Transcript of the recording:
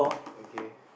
okay